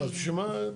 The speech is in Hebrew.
אז בשביל מה?